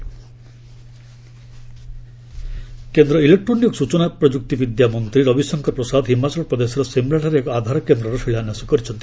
ସିମ୍ଲା କେନ୍ଦ୍ର ଇଲେକ୍ଟ୍ରୋନିକ୍ ଓ ସୂଚନା ପ୍ରଯୁକ୍ତି ବିଦ୍ୟା ମନ୍ତ୍ରୀ ରବିଶଙ୍କର ପ୍ରସାଦ ହିମାଚଳ ପ୍ରଦେଶର ସିମଲଠାରେ ଏକ ଆଧାର କେନ୍ଦ୍ରର ଶିଳାନ୍ୟାସ କରିଛନ୍ତି